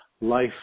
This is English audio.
life